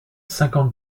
cinquante